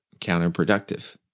counterproductive